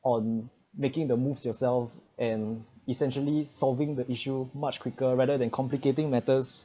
on making the moves yourself and essentially solving the issue much quicker rather than complicating matters